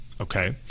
okay